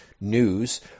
News